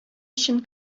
өчен